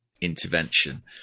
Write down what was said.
intervention